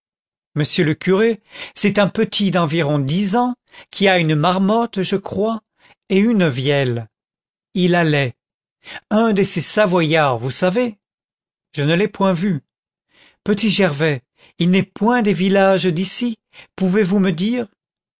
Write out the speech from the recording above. monsieur le curé c'est un petit d'environ dix ans qui a une marmotte je crois et une vielle il allait un de ces savoyards vous savez je ne l'ai point vu petit gervais il n'est point des villages d'ici pouvez-vous me dire